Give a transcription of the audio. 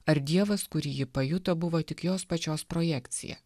ar dievas kurį ji pajuto buvo tik jos pačios projekcija